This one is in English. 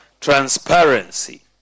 transparency